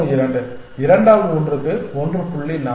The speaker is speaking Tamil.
32 இரண்டாவது ஒன்றுக்கு 1